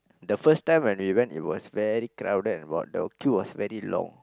the first time when we went it was very crowded and but the queue was very long